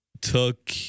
took